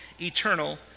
eternal